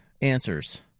answers